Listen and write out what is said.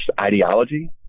ideology